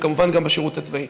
וכמובן גם בשירות הצבאי.